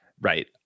right